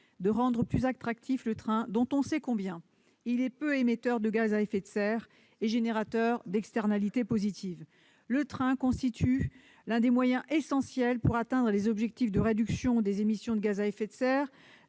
de rendre plus attractif le train, dont on sait qu'il est peu émetteur de gaz à effet de serre et générateur d'externalités positives. Le train constitue l'un des moyens essentiels pour atteindre nos objectifs de réduction des émissions de gaz à effet de serre